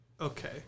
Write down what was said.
Okay